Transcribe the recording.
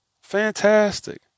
Fantastic